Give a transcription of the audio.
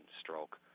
stroke